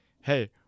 hey